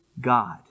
God